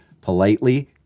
politely